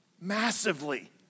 massively